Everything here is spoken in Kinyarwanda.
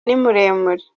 nimuremure